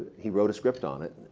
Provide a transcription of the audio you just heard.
he wrote a script on it.